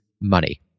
money